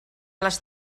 les